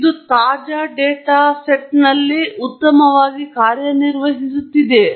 ಇದು ತಾಜಾ ಡೇಟಾ ಸೆಟ್ನಲ್ಲಿ ಉತ್ತಮವಾಗಿ ಕಾರ್ಯನಿರ್ವಹಿಸುತ್ತಿದೆಯೇ